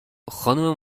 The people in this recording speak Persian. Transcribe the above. خانم